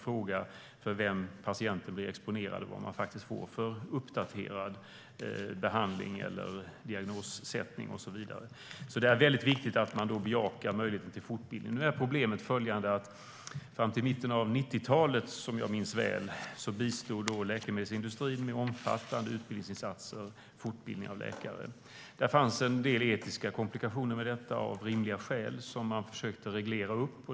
Frågan är vem patienten blir exponerad för och om patienten får uppdaterad behandling, diagnossättning och så vidare. Det är därför viktigt att man bejakar möjligheten till fortbildning. Problemet är följande: Fram till mitten av 90-talet - det minns jag väl - bistod läkemedelsindustrin med omfattande utbildningsinsatser och fortbildning av läkare. Det fanns rimligen en del etiska komplikationer med detta som man försökte reglera.